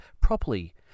properly